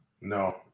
No